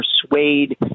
persuade